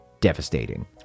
Devastating